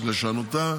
לשנותה,